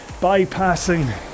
bypassing